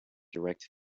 direct